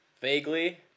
Vaguely